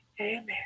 Amen